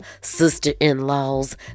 sister-in-laws